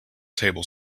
table